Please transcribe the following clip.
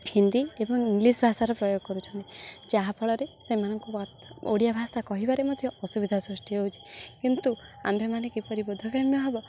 ହିନ୍ଦୀ ଏବଂ ଇଂଲିଶ ଭାଷାର ପ୍ରୟୋଗ କରୁଛନ୍ତି ଯାହାଫଳରେ ସେମାନଙ୍କୁ ଓଡ଼ିଆ ଭାଷା କହିବାରେ ମଧ୍ୟ ଅସୁବିଧା ସୃଷ୍ଟି ହେଉଛି କିନ୍ତୁ ଆମ୍ଭେମାନେ କିପରି ବୋଧଗମ୍ୟ ହବ